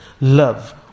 love